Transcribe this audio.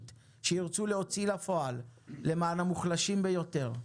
שירצו להוציא לפועל למען המוחלשים ביותר.